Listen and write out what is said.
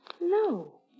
No